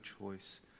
choice